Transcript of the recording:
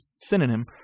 synonym